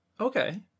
Okay